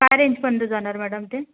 काय रेंज पर्यंत जाणार मॅडम ते